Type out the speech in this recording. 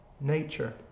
nature